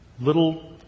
Little